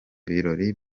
birori